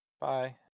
Bye